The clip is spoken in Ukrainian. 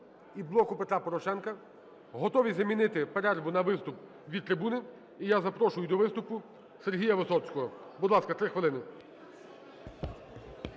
і "Блоку Петра Порошенка". Готові замінити перерву на виступ від трибуни. І я запрошую до виступу Сергія Висоцького. Будь ласка, 3 хвилини.